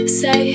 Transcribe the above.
say